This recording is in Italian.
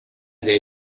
dei